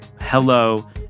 hello